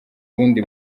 ubundi